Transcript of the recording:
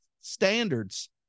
standards